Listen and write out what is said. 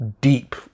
deep